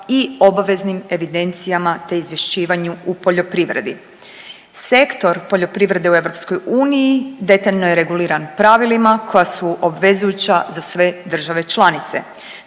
i obaveznim evidencijama te izvješćivanju u poljoprivredi. Sektor poljoprivrede u EU detaljno je reguliran pravilima koja su obvezujuća za sve države članice